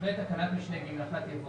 אחרי תקנת משנה (ג1) יבוא: